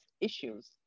issues